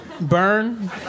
burn